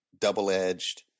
double-edged